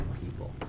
people